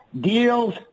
deals